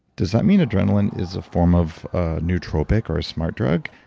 does that mean adrenaline is a form of nootropic or a smart drug?